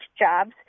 jobs